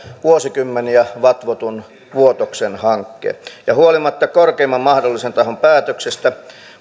vuosikymmeniä vatvotun vuotoksen hankkeen ja huolimatta korkeimman mahdollisen tahon päätöksestä